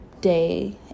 day